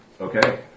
Okay